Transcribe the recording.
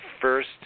first